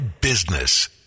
Business